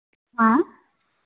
हाँ